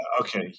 okay